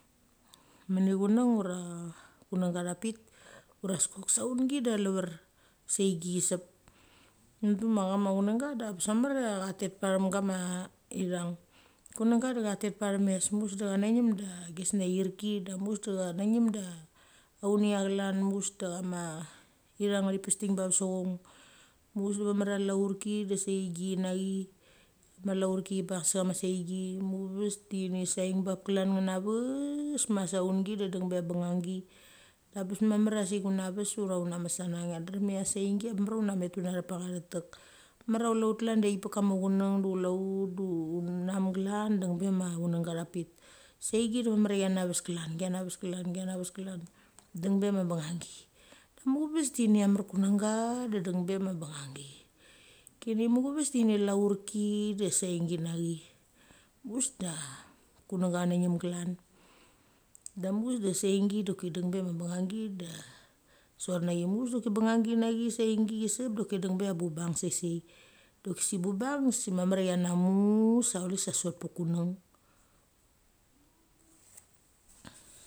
Meni chunang ura chunangga thek ura skok saungi de alever seingi chi sep. Mudu ma chama chunangga da bes mamar cha tet pachem gama ithang. Kunangga de cha tet pachem mes muchaves da chanem de ches ngia aerki de muchaves dechanenem de anechachlan muchaves de ma ithang ngth pesden bevas sachon. Muchaves de maman a laurki de seing nechi. Ma laurki de seing nechi ma laurik i chi bang sechama seingi muchaves de chanes seingbap klan ngia ves ma saungi de deng be ma bungangi. Da bes mamar a sik nginoves ura unames sana mgia drem chia seingi abes mamar chia unamet una thek pacha thetek. Mamar a chule ut klan de ithik pekama chunang de chule ut du ut menem glan deng be ma chunga thak pit. Seingi de mamar chia chenechaves klan kenechaves klan kenechaves klan deng be ma bananggni. Da muchaves de chene mar kunangga de deng be ma banganggi. Kene muchaves kene raurki da seingi nachi. Mus de kunangga cha nanem glan. Da mus de seingi da choki deng be ma bangngi da sot nachi. Muchaves de choki bangngi nachi seingi chi sep do choki deng be bubang sei, sei de choki se bubang se mamar chu namu sa chule sa sot pe kunang.